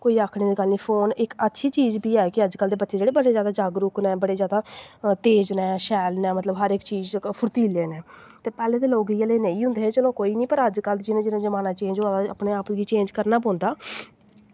कोई आखने दी गल्ल निं फोन इक अच्छी चीज़ बी ऐ कि अजकल्ल दे बच्चे बड़े जैद जागरुक न बड़े जैदा तेज़ न शैल न मतलब हर इक चीज़ च फुर्तीले न पैह्लें दे लोग इ'यै जेह् नेईं होंदे हे चलो पर अजकल्ल जि'यां जि'यां जमाना चेंज़ होआ दा अपने आप गी चेंज़ करना पौंदा